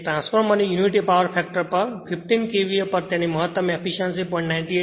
એક ટ્રાન્સફોર્મરની unity power factor પર 15 KVA પર તેની મહત્તમ એફીશ્યંસી 0